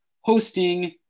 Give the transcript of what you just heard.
hosting